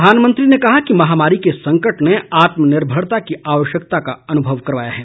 प्रधानमंत्री ने कहा कि महामारी के संकट ने आत्मनिर्भरता की आवश्यकता का अनुभव कराया है